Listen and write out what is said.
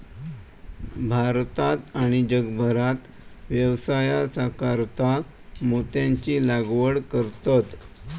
भारतात आणि जगभरात व्यवसायासाकारता मोत्यांची लागवड करतत